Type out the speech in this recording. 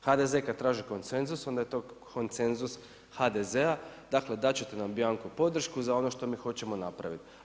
HDZ-e kada traži konsenzus onda je to konsenzus HDZ-a, dakle dat ćete nam bjanko podršku za ono što mi hoćemo napraviti.